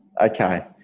okay